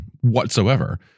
whatsoever